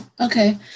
Okay